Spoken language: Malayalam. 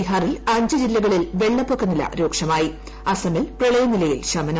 ബീഹാറിൽ അഞ്ച് ജില്ലകളിൽ വെള്ളപ്പൊക്കനില രൂക്ഷമായി അസമിൽ പ്രളയനിലയിൽ ്ശമനം